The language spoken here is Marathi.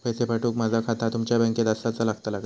पैसे पाठुक माझा खाता तुमच्या बँकेत आसाचा लागताला काय?